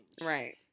Right